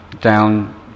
down